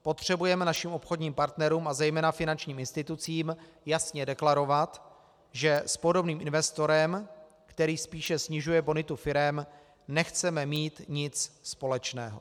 Potřebujeme našim obchodním partnerům a zejména finančním institucím jasně deklarovat, že s podobným investorem, který spíše snižuje bonitu firem, nechceme mít nic společného.